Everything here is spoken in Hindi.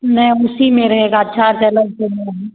नहीं उसी में रहेगा चार्ज अलग से नहीं है